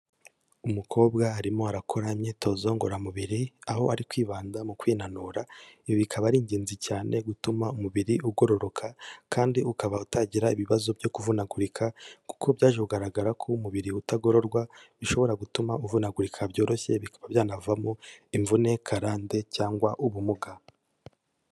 Umukobwa arimo arakora imyitozo ngororamubiri, aho ari kwibanda mu kwinanura, ibi bikaba ari ingenzi cyane gutuma umubiri ugororoka kandi ukaba utagira ibibazo byo kuvunagurika kuko byaje kugaragara ko umubiri utagororwa bishobora gutuma uvunagurika byoroshye, bikaba byanavamo imvune, karande cyangwa ubumuga.